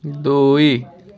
ଦୁଇ